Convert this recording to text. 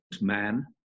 Man